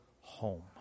home